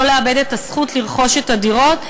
לא לאבד את הזכות לרכוש את הדירות.